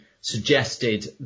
suggested